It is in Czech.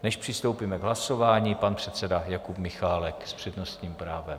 Než přistoupíme k hlasování, pan předseda Jakub Michálek s přednostním právem.